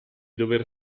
dover